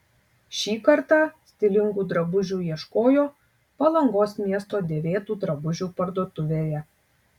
šį kartą stilingų drabužių ieškojo palangos miesto dėvėtų drabužių parduotuvėje